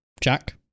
jack